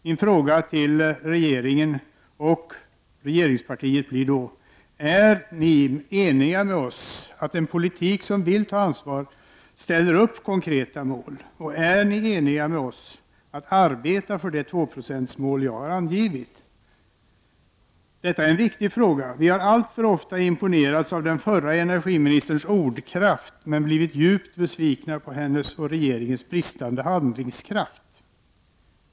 Min fråga till regeringen och regeringspartiets företrädare blir då: Är ni eniga med oss om att en politiker som vill ta ansvar ställer upp konkreta mål? Om ni är eniga, är ni då villiga att arbeta för det tvåprocentsmål som jag här angivit? Det är en mycket viktig fråga. Vi har alltför ofta imponerats av den förre energiministerns ordkraft, men blivit djupt besvikna på hennes och regeringens bristande handlingskraft.